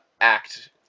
act